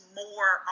more